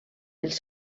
els